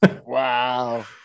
Wow